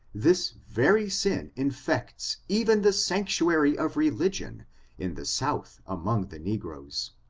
this very sin infects even the sanctuary of religion in the south among the negroes.